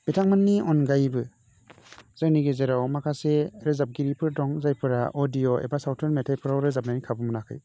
बिथांमोननि अनगायैबो जोंनि गेजेराव माखासे रोजाबगिरिफोर दं जायफोरा अडिअ एबा सावथुन मेथाइफोराव रोजाबनायनि खाबु मोनाखै